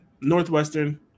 Northwestern